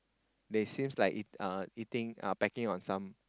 they seems like eat~ uh eating uh pecking on some